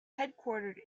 headquartered